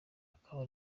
ukaba